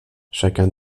chacun